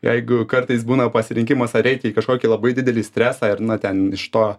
jeigu kartais būna pasirinkimas ar eiti į kažkokį labai didelį stresą ir na ten iš to